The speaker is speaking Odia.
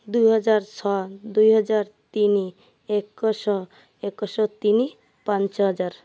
ଦୁଇ ହଜାର ଛଅ ଦୁଇ ହଜାର ତିନି ଏକଶହ ଏକ ଶହ ତିନି ପାଞ୍ଚ ହଜାର